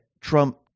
Trump